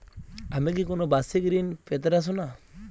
আমি কি কোন বাষিক ঋন পেতরাশুনা?